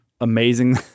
amazing